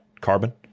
Carbon